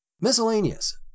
miscellaneous